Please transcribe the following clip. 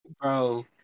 Bro